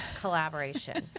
collaboration